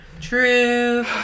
True